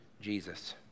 Jesus